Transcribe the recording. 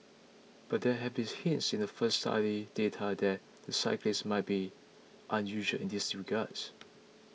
but there had been hints in the first study data that the cyclists might be unusual in these regards